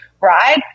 right